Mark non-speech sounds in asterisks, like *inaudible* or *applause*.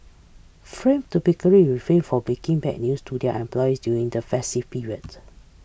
*unintelligible* typically refrain from breaking bad news to their employees during the festive period